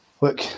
look